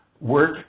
work